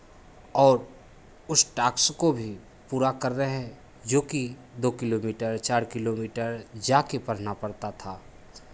और उस टास्क को भी पूरा कर रहे हैं जोकि दो किलोमीटर चार किलोमीटर जाके पढ़ना पड़ता था